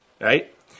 right